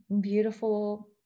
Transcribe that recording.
beautiful